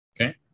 Okay